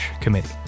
Committee